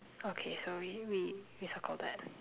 okay sorry we we circled that